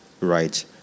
right